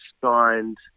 signed